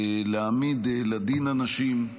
להעמיד לדין אנשים,